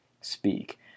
speak